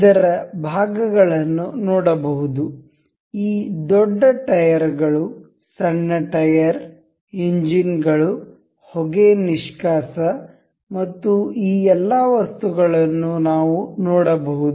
ಇದರ ಭಾಗಗಳನ್ನು ನೋಡಬಹುದುಈ ದೊಡ್ಡ ಟೈರ್ ಗಳು ಸಣ್ಣ ಟೈರ್ ಎಂಜಿನ್ಗಳು ಹೊಗೆ ನಿಷ್ಕಾಸ ಮತ್ತು ಈ ಎಲ್ಲ ವಸ್ತುಗಳನ್ನು ನಾವು ನೋಡಬಹುದು